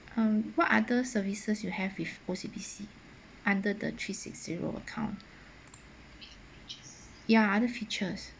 um what other services you have with O_C_B_C under the three six zero account ya other features